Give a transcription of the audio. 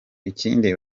ikindi